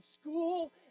School